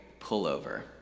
pullover